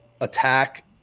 attack